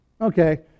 Okay